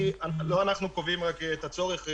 לא אנחנו קובעים רק את הצורך.